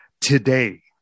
today